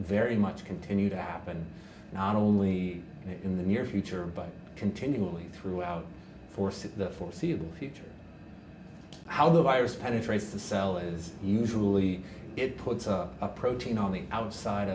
very much continue to happen not only in the near future but continually throughout force in the foreseeable future how the virus penetrates the cell is usually it puts a protein on the outside